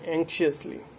Anxiously